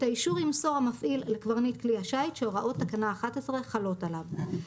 את האישור ימסור המפעיל לקברניט כלי השיט שהוראות תקנה 11 חלות עליו.